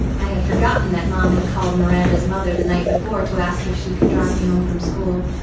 i had forgotten that mom had called miranda's mother the night before to ask if she could drive me home from school.